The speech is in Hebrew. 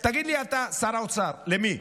תגיד לי אתה, שר האוצר, למי?